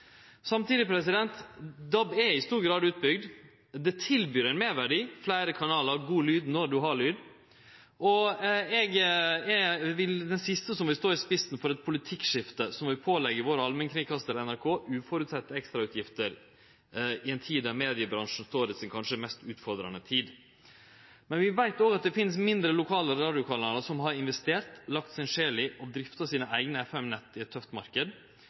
Samtidig: DAB er i stor grad utbygd, det tilbyr ein meirverdi, fleire kanalar og god lyd når ein har lyd. Eg er den siste som vil stå i spissen for eit politikkskifte som vil påleggje vår allmennkringkastar NRK uventa ekstrautgifter i ei tid der mediebransjen står overfor si kanskje mest utfordrande tid. Men vi veit òg at det finst mindre lokalradiokanalar som har investert, har lagt sjela si i å drifte sine eigne FM-nett i